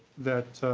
that